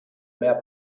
mehr